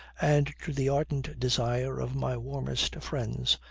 and to the ardent desire of my warmest friends,